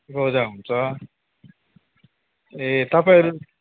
रोजा हुन्छ ए तपाईँहरू